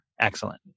Excellent